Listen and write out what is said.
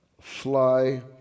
fly